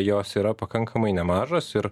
jos yra pakankamai nemažos ir